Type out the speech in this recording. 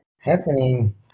happening